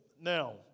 Now